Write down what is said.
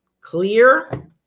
clear